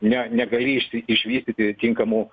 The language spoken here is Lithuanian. ne negali išsi išvystyti tinkamu